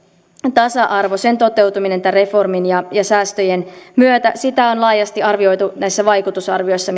tasa arvo sen toteutuminen tämän reformin ja ja säästöjen myötä sitä on laajasti arvioitu näissä vaikutusarvioissa